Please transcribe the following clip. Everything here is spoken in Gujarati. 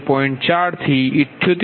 4 થી 78